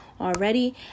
already